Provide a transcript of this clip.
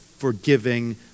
forgiving